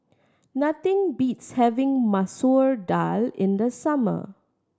nothing beats having Masoor Dal in the summer